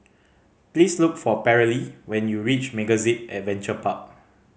please look for Paralee when you reach MegaZip Adventure Park